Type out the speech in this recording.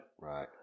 Right